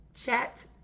chat